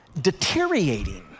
deteriorating